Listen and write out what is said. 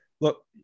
Look